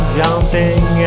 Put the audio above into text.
jumping